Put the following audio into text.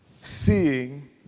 seeing